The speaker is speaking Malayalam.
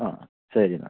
ആ ശരി എന്നാൽ